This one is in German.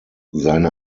seine